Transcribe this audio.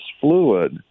fluid